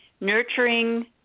nurturing